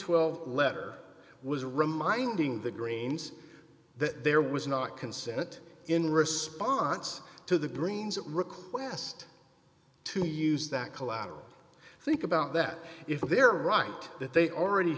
twelve letter was reminding the greens that there was not consent in response to the greens request to use that collateral i think about that if they're right that they already